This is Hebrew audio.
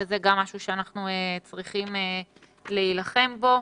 וזה גם משהו שאנחנו צריכים להילחם בו.